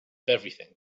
everything